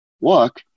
walk